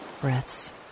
breaths